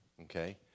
Okay